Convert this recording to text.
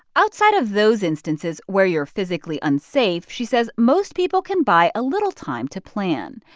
outside of those instances where you're physically unsafe, she says most people can buy a little time to plan.